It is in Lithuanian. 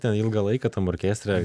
ten ilgą laiką tam orkėstre